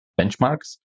benchmarks